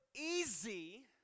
easy